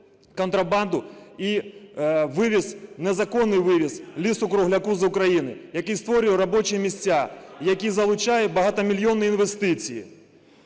контрабанду і вивіз, незаконний вивіз лісу-кругляка з України, який створює робочі місця, який залучає багатомільйонні інвестиції.